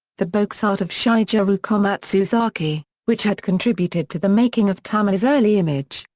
the boxart of shigeru komatsuzaki, which had contributed to the making of tamiya's early image,